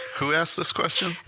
who asked this question?